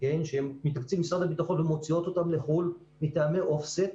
מתקציב משרד הביטחון ומוציאות אותן לחו"ל מטעמי offset,